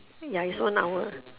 ya is one hour